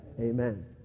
Amen